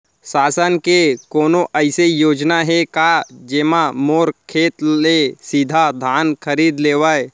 शासन के कोनो अइसे योजना हे का, जेमा मोर खेत ले सीधा धान खरीद लेवय?